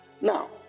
Now